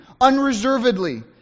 unreservedly